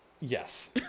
Yes